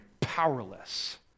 powerless